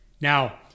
Now